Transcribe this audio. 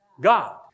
God